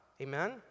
Amen